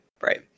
right